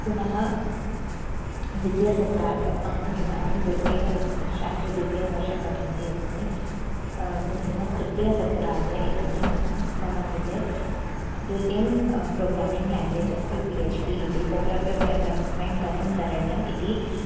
पुनः द्वितीयसत्रः अहम् इदानीं द्वितीय शास्त्री द्वितीयवर्षे पठन्ती अस्मि अस्मि पुनः तृतीयसत्रार्धे इदानीं मम कृते द्वितीयं प्रोग्रामिङ्ग् लाङ्ग्वेज् अस्ति पि एच् पि इति तत्र वेब् डेवलप्मेण्ट् कथं करणीयम् इति